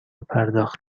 پرداخت